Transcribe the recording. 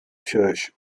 church